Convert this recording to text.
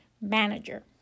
manager